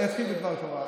אתחיל בדבר תורה.